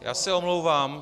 Já se omlouvám.